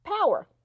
power